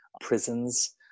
prisons